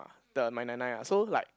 uh the my 奶奶 ah so like